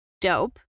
dope